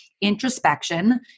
introspection